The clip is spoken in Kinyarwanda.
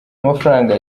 amafaranga